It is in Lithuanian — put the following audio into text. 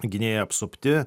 gynėjai apsupti